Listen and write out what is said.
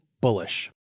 bullish